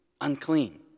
unclean